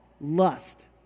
lust